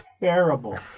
terrible